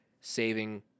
saving